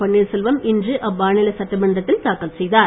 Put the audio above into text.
பன்னீர்செல்வம் இன்று அம்மாநில சட்டமன்றத்தில் தாக்கல் செய்தார்